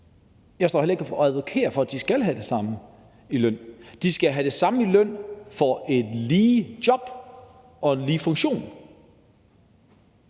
Jeg står heller ikke og advokerer for, at de skal have det samme i løn. De skal have det samme i løn for et lige job og en lige funktion,